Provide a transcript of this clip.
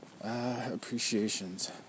appreciations